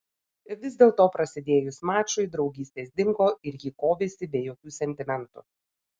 vis dėlto prasidėjus mačui draugystės dingo ir ji kovėsi be jokių sentimentų